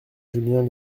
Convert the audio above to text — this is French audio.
julien